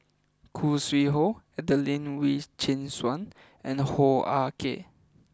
Khoo Sui Hoe Adelene Wee Chin Suan and Hoo Ah Kay